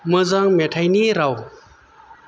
मोजां मेथायनि राव